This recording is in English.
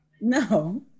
No